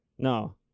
No